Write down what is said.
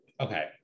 okay